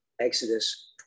Exodus